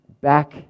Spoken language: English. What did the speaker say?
back